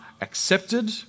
accepted